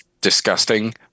disgusting